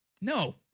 No